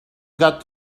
got